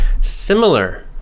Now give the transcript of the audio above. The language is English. Similar